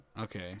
okay